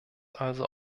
also